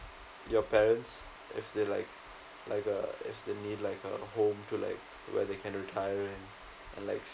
your parents if they like like uh if they need like a home to like where they can retire and like